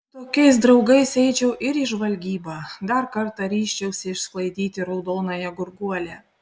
su tokiais draugais eičiau ir į žvalgybą dar kartą ryžčiausi išsklaidyti raudonąją gurguolę